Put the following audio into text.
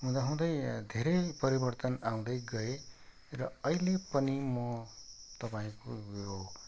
हुँदा हुँदै धेरै परिवर्तन आउँदै गए र अहिले पनि म तपाईँको यो